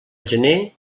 gener